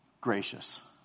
Gracious